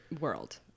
world